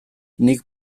nik